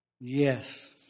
Yes